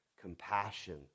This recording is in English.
compassion